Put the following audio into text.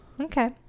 Okay